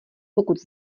pokud